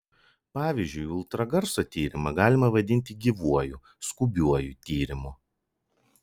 pavyzdžiui ultragarso tyrimą galima vadinti gyvuoju skubiuoju tyrimu